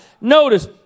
Notice